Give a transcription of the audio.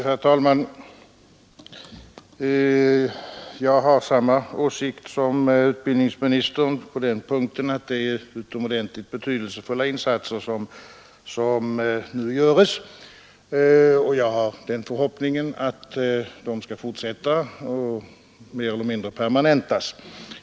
Herr talman! Jag har samma åsikt som utbildningsministern på den punkten: det är utomordentligt betydelsefulla insatser som nu görs. Jag har den förhoppningen att de skall fortsätta och mer eller mindre permanentas.